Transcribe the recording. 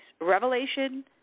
Revelation